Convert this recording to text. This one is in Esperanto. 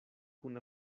kun